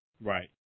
Right